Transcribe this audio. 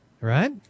right